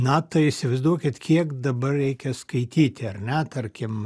na tai įsivaizduokit kiek dabar reikia skaityti ar ne tarkim